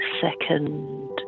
second